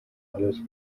alles